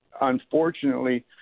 unfortunately